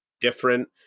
different